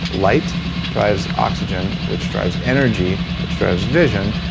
light drives oxygen, which drives energy, which drives vision,